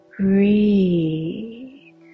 Breathe